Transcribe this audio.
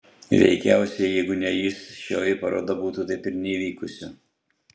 veikiausiai jeigu ne jis šioji paroda būtų taip ir neįvykusi